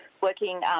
working